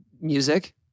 Music